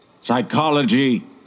psychology